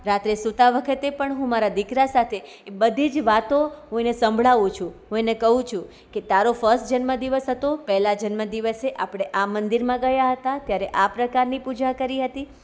રાત્રે સૂતા વખતે પણ હું મારા દીકરા સાથે બધી જ વાતો હું એને સંભળાવું છું હું એને કહું છું કે તારો ફસ્ટ જન્મદિવસ હતો પહેલા જન્મ દિવસે આપણે આ મંદિરમાં ગયા હતા ત્યારે આ પ્રકારની પૂજા કરી હતી